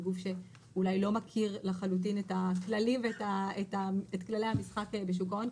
בגוף שאולי לא מכיר לחלוטין את כללי המשחק בשוק ההון.